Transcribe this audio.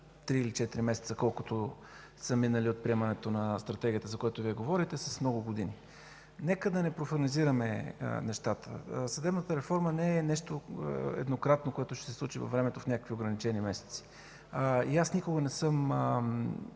три или четири месеца, колкото са минали от приемането на Стратегията, за която Вие говорите, а с много години. Нека да не профанизираме нещата. Съдебната реформа не е нещо еднократно, което ще се случи във времето в някакви ограничени месеци. И аз никога не съм